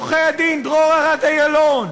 עורכי-הדין דרור ארד-אילון,